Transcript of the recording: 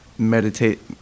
Meditate